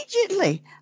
immediately